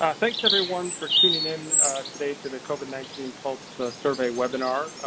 ah thanks everyone for tuning in today to the covid nineteen pulse survey webinar.